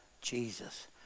Jesus